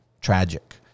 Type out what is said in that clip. tragic